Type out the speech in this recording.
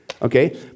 Okay